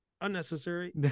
Unnecessary